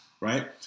right